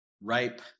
ripe